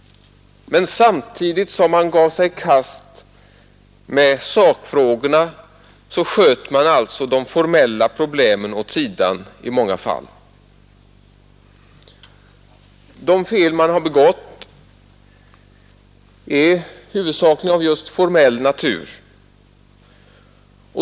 Men samtidigt som man gav sig i kast med sakfrågorna sköt man de formella problemen åt sidan i många fall. De fel man har begått är huvudsakligen av just formell natur.